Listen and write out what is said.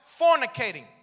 Fornicating